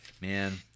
man